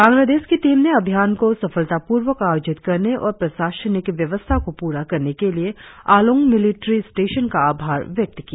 बांग्लादेश की टीम ने अभियान को सफलतापूर्वक आयोजित करने और प्रशासनिक व्यवस्था को पूरा करने के लिए आलोंग मिलिट्री स्टेशन का आभार व्यक्त किया